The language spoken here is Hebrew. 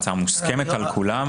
ההצעה מוסכמת על כולם.